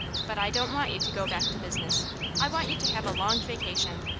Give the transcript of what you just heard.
but i don't want you to go back to business i want you to have a long vacation,